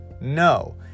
no